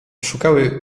szukały